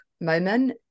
moment